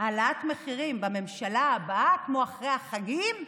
העלאת מחירים, בממשלה הבאה, כמו אחרי החגים.